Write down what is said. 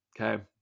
okay